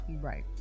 right